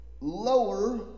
lower